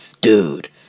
dude